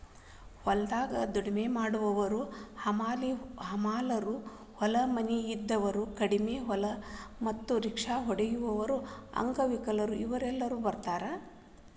ಹೊಲದಾಗ ದುಡ್ಯಾವರ ಹಮಾಲರು ಹೊಲ ಮನಿ ಇಲ್ದಾವರು ಕಡಿಮಿ ಹೊಲ ಮತ್ತ ರಿಕ್ಷಾ ಓಡಸಾವರು ಅಂಗವಿಕಲರು ಇವರೆಲ್ಲ ಬರ್ತಾರ